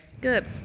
good